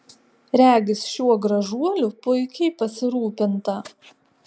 regis šiuo gražuoliu puikiai pasirūpinta